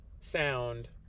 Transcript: sound